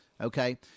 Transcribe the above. Okay